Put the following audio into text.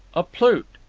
a plute.